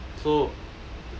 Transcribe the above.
so